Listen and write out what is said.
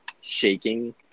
shaking